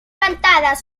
cantadas